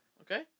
okay